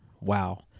wow